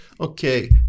okay